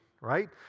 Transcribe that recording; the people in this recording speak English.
right